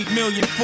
million